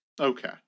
Okay